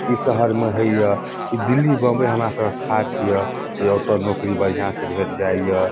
ई शहर मे है यऽ ई दिल्ली बम्बई हमरा सबके खास यऽ जे ओतऽ नौकरी बढिऑं सऽ भेट जाइया